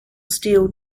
steel